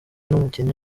umukinnyi